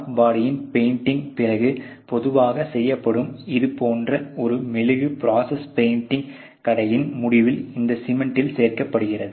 car பாடியின் painting பிறகு பொதுவாக செய்யப்படும் இது போன்ற ஒரு மெழுகு ப்ரோசஸ் பெயிண்ட் கடையின் முடிவில் இந்த சிஸ்டெமில் சேர்க்கப்படுகிறது